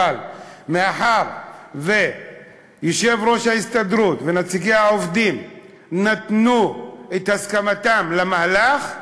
אבל מאחר שיושב-ראש ההסתדרות ונציגי העובדים נתנו את הסכמתם למהלך,